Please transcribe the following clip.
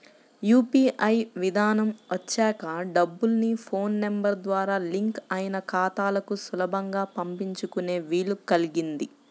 UPI విధానం వచ్చాక డబ్బుల్ని ఫోన్ నెంబర్ ద్వారా లింక్ అయిన ఖాతాలకు సులభంగా పంపించుకునే వీలు కల్గింది